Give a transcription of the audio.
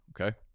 Okay